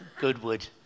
Goodwood